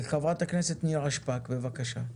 חברת הכנסת נירה שפק, בבקשה.